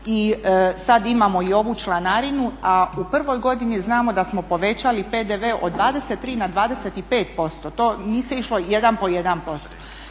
i sada imamo i ovu članarinu, a u prvoj godini znamo da smo povećali PDV od 23 na 25% to se nije išlo jedan